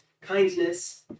Kindness